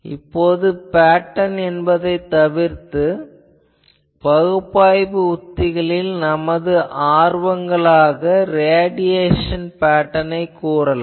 இப்போது பேட்டர்ன் என்பதைத் தவிர்த்து பகுப்பாய்வு உத்திகளில் நமது ஆர்வங்களாக ரேடியேசன் பேட்டர்னைக் கூறலாம்